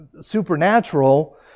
supernatural